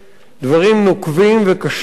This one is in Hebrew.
דברים נוקבים וקשים,